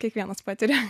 kiekvienas patiria